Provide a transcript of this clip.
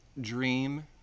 dream